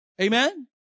amen